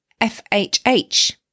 FHH